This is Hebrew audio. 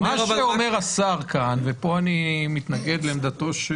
מה שאומר השר כאן, ופה אני מתנגד לעמדתו של